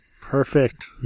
Perfect